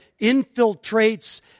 infiltrates